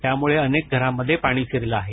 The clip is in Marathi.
त्यामुळे अनेक घरांमध्ये पाणी शिरलं आहे